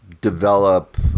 develop